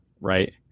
right